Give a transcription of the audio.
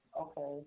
Okay